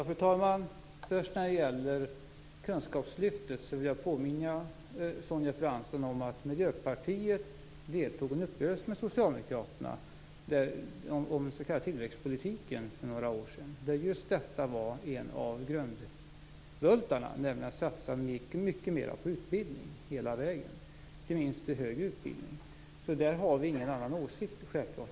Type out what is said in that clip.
Fru talman! När det gäller kunskapslyftet vill jag påminna Sonja Fransson om att vi i Mijöpartiet för några år sedan deltog i den uppgörelse med Socialdemokraterna som gällde tillväxtpolitiken. Där var en av grundbultarna just detta med att mycket mera satsa på utbildning hela vägen. Inte minst gäller det den högre utbildningen. Där har vi självklart ingen annan åsikt.